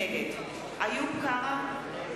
נגד איוב קרא,